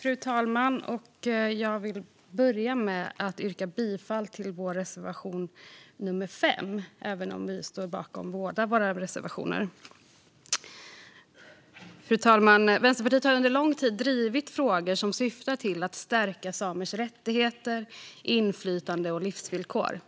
Fru talman! Även om jag står bakom båda våra reservationer yrkar jag bifall bara till reservation nummer 5. Fru talman! Vänsterpartiet har under lång tid drivit frågor i syfte att stärka samers rättigheter, inflytande och livsvillkor.